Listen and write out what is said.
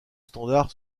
standard